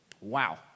Wow